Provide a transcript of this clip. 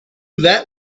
that